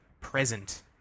present